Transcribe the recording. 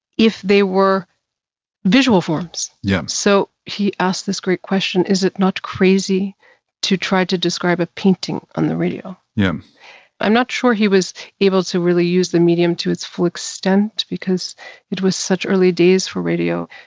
if they were visual forms. yeah so, he asked this great question is it not crazy to try to describe a painting on the radio? yeah i'm not sure he was able to really use the medium to its full extent, because it was such early days for radio.